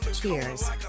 Cheers